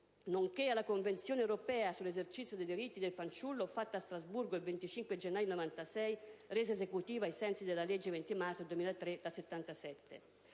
nonché alla Convenzione europea sull'esercizio dei diritti dei fanciulli fatta a Strasburgo il 25 gennaio 1996, resa esecutiva ai sensi della legge 20 marzo 2003, n.